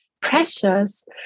precious